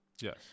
yes